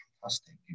fantastic